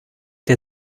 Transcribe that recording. der